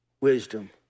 wisdom